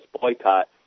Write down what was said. boycott